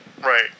right